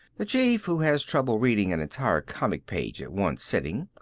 the chief, who has trouble reading an entire comic page at one sitting,